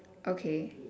okay